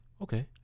Okay